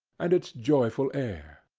and its joyful air.